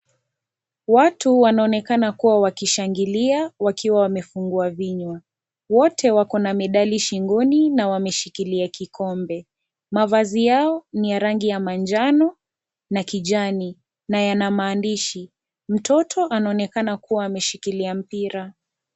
Watu wanaonekana wakishangilia wakiwa wamefungua vinywa. Wote wako na medali shingoni na wameshikilia kikombe. Mavazi yao ni ya rangi ya manjano na kijani na yana maandishi. Mtoto anakuwa ameshikilia mpira.